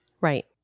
Right